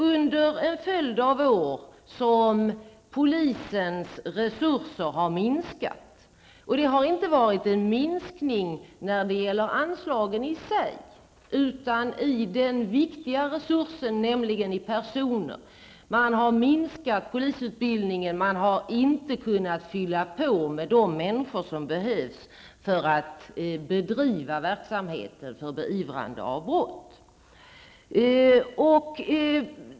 Under en följd av år har nämligen polisens resurser minskat. Och det har inte skett en minskning när det gäller anslagen i sig utan när det gäller en viktig resurs, nämligen antalet personer. Man har minskat polisutbildningen, och man har inte kunnat fylla på med de människor som behövs för att bedriva verksamheter för beivrande av brott.